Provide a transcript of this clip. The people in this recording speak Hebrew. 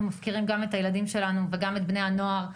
אנחנו מפקירים גם את הילדים שלנו וגם את בני הנוער.